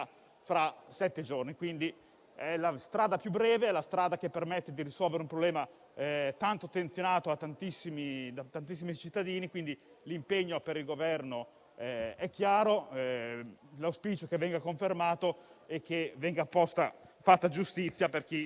tra sette giorni. È quindi la strada più breve, che permette di risolvere un problema, attenzionato da tantissimi cittadini. Quindi l'impegno per il Governo è chiaro. L'auspicio è che venga confermato e che venga fatta giustizia per chi